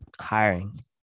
hiring